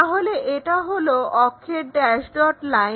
তাহলে এটা হলো অক্ষের ড্যাশ ডট লাইন